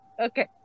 Okay